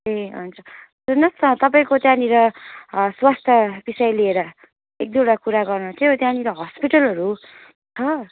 ए अन्त सुन्नुहोस् न तपाईँको त्यहाँनिर स्वास्थ्य विषय लिएर एक दुईवटा कुरा गर्नुथ्यो त्यहाँनिर हस्पिटलहरू छ